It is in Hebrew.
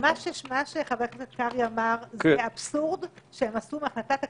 מה שחבר הכנסת קרעי אמר זה אבסורד שהם עשו מהחלטת הקבינט,